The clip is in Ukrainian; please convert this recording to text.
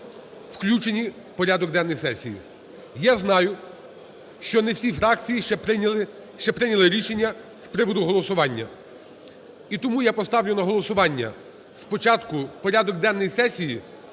включені в порядок денний сесії. Я знаю, що не всі фракції ще прийняли рішення з приводу голосування. І тому я поставлю на голосування, спочатку порядок денний сесії,